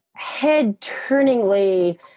head-turningly